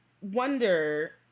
wonder